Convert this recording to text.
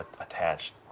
attached